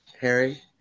Harry